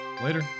Later